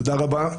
תודה רבה,